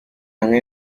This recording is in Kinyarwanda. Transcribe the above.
hamwe